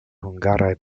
hungaraj